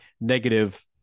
negative